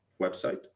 website